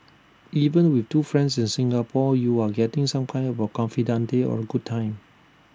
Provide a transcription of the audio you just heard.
even with two friends in Singapore you are getting some kind of A confidante or A good time